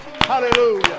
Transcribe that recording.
hallelujah